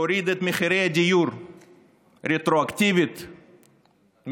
להוריד את מחירי הדיור רטרואקטיבית מ-2011,